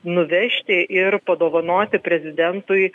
nuvežti ir padovanoti prezidentui